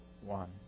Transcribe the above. one